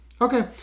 Okay